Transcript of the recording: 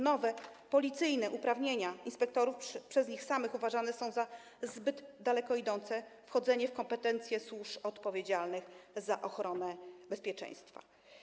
Nowe policyjne uprawnienia inspektorów przez nich samych uważane są za zbyt daleko idące wchodzenie w kompetencje służb odpowiedzialnych za ochronę bezpieczeństwa.